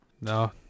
no